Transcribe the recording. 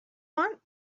want